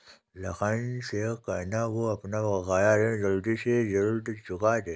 लखन से कहना, वो अपना बकाया ऋण जल्द से जल्द चुका दे